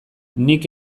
nik